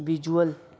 visual